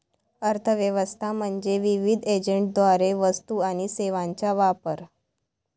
अर्थ व्यवस्था म्हणजे विविध एजंटद्वारे वस्तू आणि सेवांचा वापर